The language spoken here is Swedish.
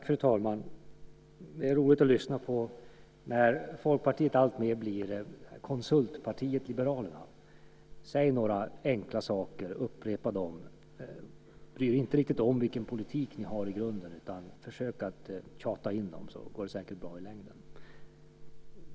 Fru talman! Det är roligt att lyssna när Folkpartiet alltmer blir Konsultpartiet liberalerna, säger några enkla saker, upprepar dem, inte bryr sig om vilken politik man har i grunden utan försöker tjata in dem så att det nog ska gå bra i längden.